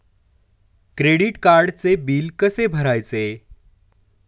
Credit कार्डचे bill कसे भरायचे?